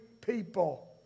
people